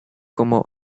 como